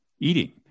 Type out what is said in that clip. eating